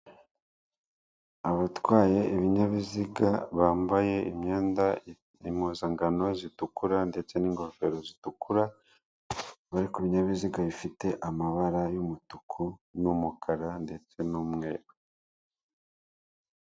Abatwaye ibinyabiziga bambaye imyenda impuzankano zitukura ndetse n'ingofero zitukura, bari kubinyabiziga bifite amabara y'umutuku, n'umukara ndetse n'umweru.